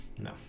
No